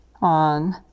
on